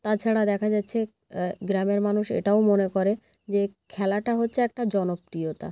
তাছাড়া দেখা যাচ্ছে গ্রামের মানুষে এটাও মনে করে যে খেলাটা হচ্ছে একটা জনপ্রিয়তা